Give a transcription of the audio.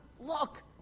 Look